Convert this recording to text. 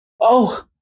Oh-